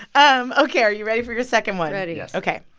um ok. are you ready for your second one? ready yes ok.